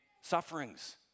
sufferings